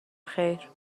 خیر